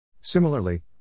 Similarly